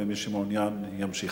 ומי שמעוניין ימשיך,